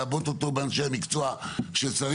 לעבות אותו באנשי המקצוע שצריך.